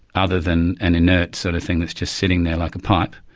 other than an inert sort of thing that's just sitting there, like a pipe.